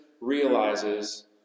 realizes